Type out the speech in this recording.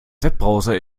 webbrowser